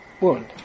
wound